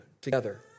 together